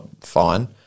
fine